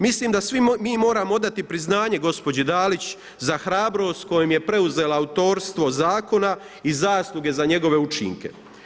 Mislim da svi mi moramo odati priznanje gospođi Dalić za hrabrost kojom je preuzela autorstvo zakona i zasluge za njegove učinke.